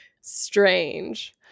strange